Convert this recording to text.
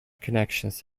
connections